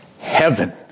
Heaven